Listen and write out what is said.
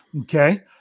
okay